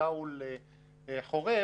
שאול חורב,